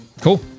Cool